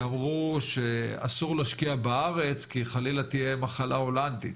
שאמרו שאסור להשקיע בארץ כי חלילה תהיה מחלה הולנדית,